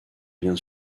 bien